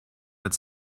mit